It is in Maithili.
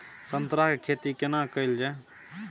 संतरा के खेती केना कैल जाय?